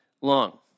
long